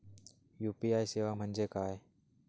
UPI सेवा म्हणजे काय?